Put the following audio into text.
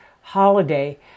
holiday